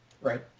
Right